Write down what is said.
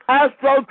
astro